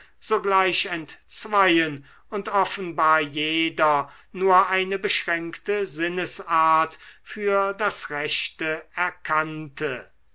sogleich entzweiten und offenbar jeder nur eine beschränkte sinnesart für das rechte erkannte